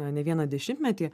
na ne vieną dešimtmetį